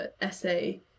essay